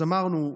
אז אמרנו: